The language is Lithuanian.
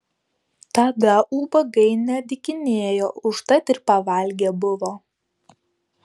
tada ubagai nedykinėjo užtat ir pavalgę buvo